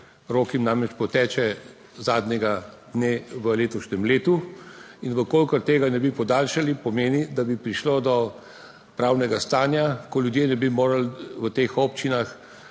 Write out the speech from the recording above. rok jim namreč poteče zadnjega dne v letošnjem letu in če tega ne bi podaljšali, bi prišlo do pravnega stanja, ko ljudje ne bi mogli v teh občinah